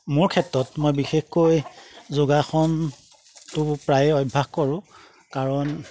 মোৰ ক্ষেত্ৰত মই বিশেষকৈ যোগাসনটো প্ৰায়ে অভ্যাস কৰো কাৰণ